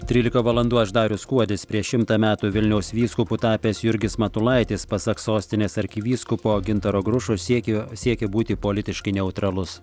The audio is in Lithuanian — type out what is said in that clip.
trylika valandų aš darius kuodis prieš šimtą metų vilniaus vyskupu tapęs jurgis matulaitis pasak sostinės arkivyskupo gintaro grušo siekio siekė būti politiškai neutralus